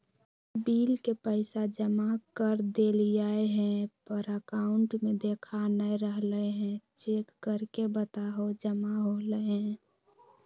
Bill के पैसा जमा कर देलियाय है पर अकाउंट में देखा नय रहले है, चेक करके बताहो जमा होले है?